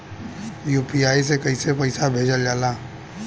UPI से कइसे पैसा भेजल जाला?